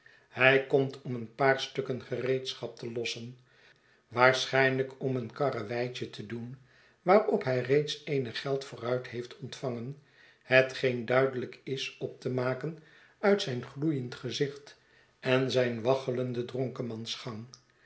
hij komt om een paar stukken gereedschap te lossen waarschijnlijk om een karreweitje te doen waarop hij reeds eenig geld vooruit heeft ontvangen hetgeen duidelijk is op te maken uit zijn gloeiend gezicht en zijn